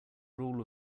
rule